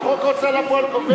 חוק ההוצאה לפועל קובע,